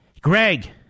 Greg